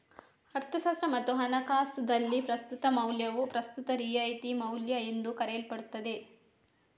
ಅರ್ಥಶಾಸ್ತ್ರ ಮತ್ತು ಹಣಕಾಸುದಲ್ಲಿ, ಪ್ರಸ್ತುತ ಮೌಲ್ಯವು ಪ್ರಸ್ತುತ ರಿಯಾಯಿತಿ ಮೌಲ್ಯಎಂದೂ ಕರೆಯಲ್ಪಡುತ್ತದೆ